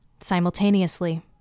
simultaneously